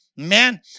Amen